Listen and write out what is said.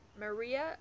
Maria